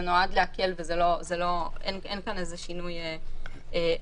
זה נועד להקל, אין כאן איזשהו שינוי מהותי.